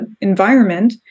environment